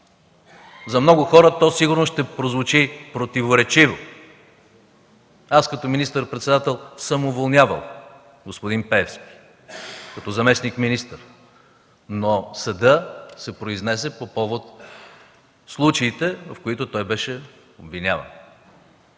За много хора то сигурно ще прозвучи противоречиво. Аз, като министър-председател, съм уволнявал господин Пеевски като заместник-министър, но съдът се произнесе по повод на случаите, за които той беше обвиняван.